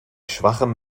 schwachem